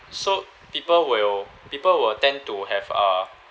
so people will people will tend to have uh